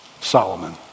Solomon